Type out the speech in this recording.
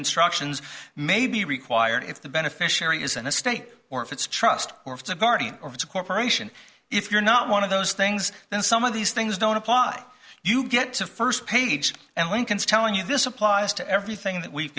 instructions may be required if the beneficiary is an estate or if it's trust or if it's a guardian or corporation if you're not one of those things then some of these things don't apply you get to first page and lincolns telling you this applies to everything that we've